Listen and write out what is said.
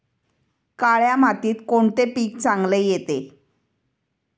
काळ्या मातीत कोणते पीक चांगले येते?